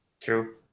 true